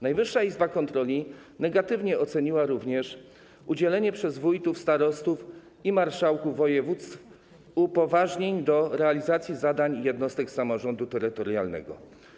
Najwyższa Izba Kontroli negatywnie oceniła również udzielanie przez wójtów, starostów i marszałków województw upoważnień do realizacji zadań jednostek samorządu terytorialnego.